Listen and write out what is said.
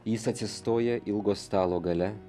jis atsistoja ilgo stalo gale